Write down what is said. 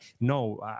no